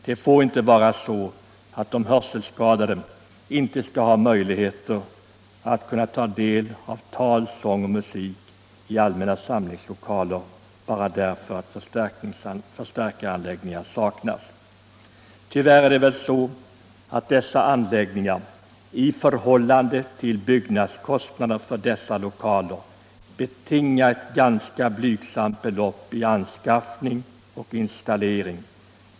Det får inte vara så att de hörselskadade inte har möjlighet att ta del av tal, sång och musik i de allmänna samlingslokalerna bara för att förstärkaranläggningar saknas. Anskaffning och installering av sådana anläggningar betingar en ganska blygsam kostnad i förhållande till byggnadskostnaderna för dessa lokaler.